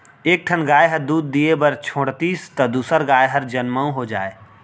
एक ठन गाय ह दूद दिये बर छोड़ातिस त दूसर गाय हर जनमउ हो जाए